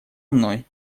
мной